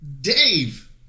Dave